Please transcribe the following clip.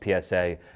PSA